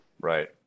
right